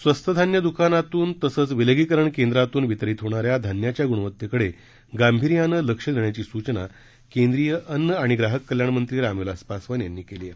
स्वस्त धान्य दुकानातून तसंच विलगीकरण केंद्रातून वितरित होणाऱ्या धान्याच्या गुणवत्तेकडे गांभीर्याने लक्ष देण्याची सूचना केंद्रीय अन्न आणि ग्राहक कल्याणमंत्री रामविलास पासवान यांनी केली आहे